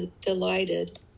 delighted